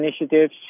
initiatives